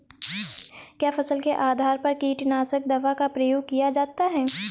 क्या फसल के आधार पर कीटनाशक दवा का प्रयोग किया जाता है?